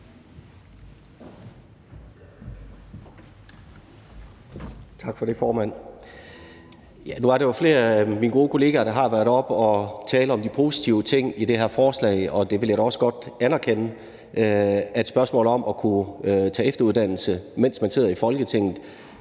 Tak for det, formand. Nu er der jo flere af mine gode kolleger, som har været oppe og tale om de positive ting i det her forslag, og jeg vil da også godt anerkende, at spørgsmålet om, mens man sidder i Folketinget,